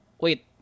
wait